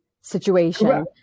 situation